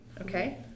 Okay